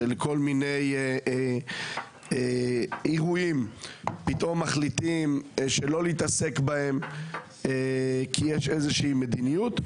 שבכל מיני אירועים פתאום מחליטים שלא להתעסק בהם כי יש איזושהי מדיניות.